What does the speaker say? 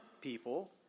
people